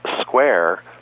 Square